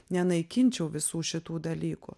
nenaikinčiau visų šitų dalykų